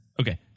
Okay